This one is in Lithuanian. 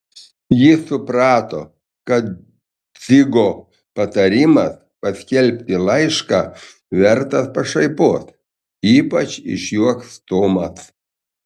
jis suprato kad dzigo patarimas paskelbti laišką vertas pašaipos ypač išjuoks tomas